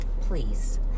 Please